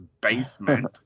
basement